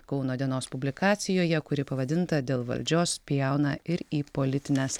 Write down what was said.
kauno dienos publikacijoje kuri pavadinta dėl valdžios spjauna ir į politines